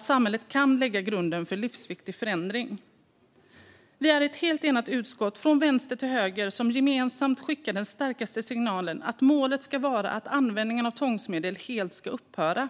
Samhället kan lägga grunden för livsviktig förändring. Vi är ett helt enat utskott, från vänster till höger, som gemensamt skickar den starkaste signalen att målet ska vara att användningen av tvångsmedel helt ska upphöra.